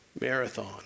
marathon